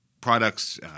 products